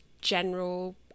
general